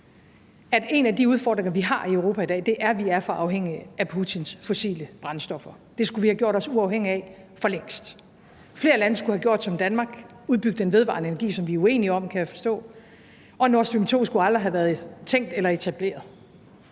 at en af de udfordringer, vi har i Europa i dag, er, at vi er for afhængige af Putins fossile brændstoffer. Det skulle vi have gjort os uafhængige af for længst. Flere lande skulle have gjort som Danmark, nemlig udbygget den vedvarende energi, som jeg kan forstå at vi er uenige om, og Nord Stream 2 skulle aldrig have været tænkt eller etableret.